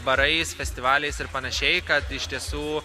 barais festivaliais ir panašiai kad iš tiesų